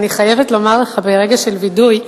אני חייבת לומר לך ברגע של וידוי,